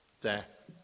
death